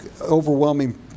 overwhelming